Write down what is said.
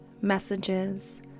messages